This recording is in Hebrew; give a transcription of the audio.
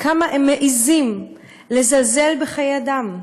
כמה הם מעזים לזלזל בחיי אדם,